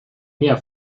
mehr